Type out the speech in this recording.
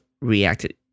reacted